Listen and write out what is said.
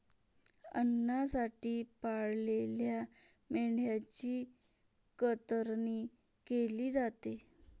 अन्नासाठी पाळलेल्या मेंढ्यांची कतरणी केली जाते